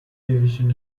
division